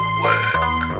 work